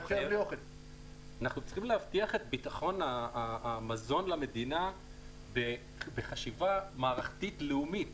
אנחנו צריכים להבטיח את ביטחון המזון למדינה בחשיבה מערכתית לאומית,